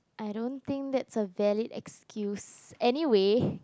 I don't think that's a valid excuse anyway